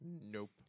Nope